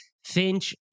Finch